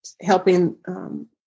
helping